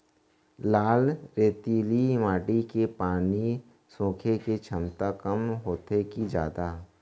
लाल रेतीली माटी के पानी सोखे के क्षमता कम होथे की जादा?